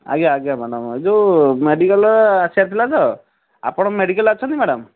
ଆଜ୍ଞା ଆଜ୍ଞା ମ୍ୟାଡ଼ମ୍ ଯେଉଁ ମେଡ଼ିକାଲ୍ରେ ଆସିବାର ଥିଲା ତ ଆପଣ ମେଡ଼ିକାଲ୍ ଆସିଛନ୍ତି ମ୍ୟାଡ଼ମ୍